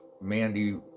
Mandy